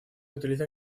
utiliza